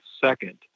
second